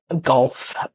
golf